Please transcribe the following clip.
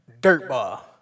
Dirtball